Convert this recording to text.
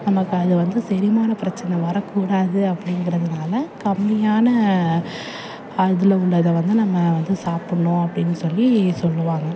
நமக்கு அதில் வந்து செரிமானப் பிரச்சன வரக்கூடாது அப்படிங்கிறதுனால கம்மியான அதில் உள்ளதை வந்து நம்ம வந்து சாப்பிட்ணும் அப்படினு சொல்லி சொல்வாங்க